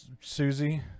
susie